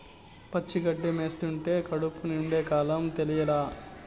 పచ్చి గడ్డి మేస్తంటే కడుపు నిండే కాలం తెలియలా